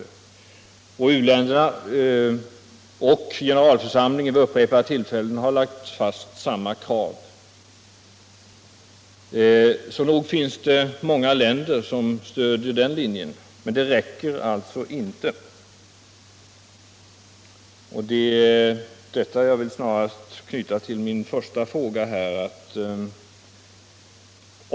U-länderna och generalförsamlingen har vid upprepade tillfällen lagt fast samma krav. Nog finns det många länder som stöder den linjen - men det räcker alltså inte. Här vill jag närmast anknyta till min första fråga.